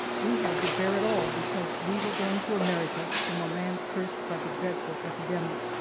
we had to bear it all because we were going to america from a land cursed by the dreadful epidemic.